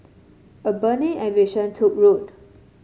a burning ambition took root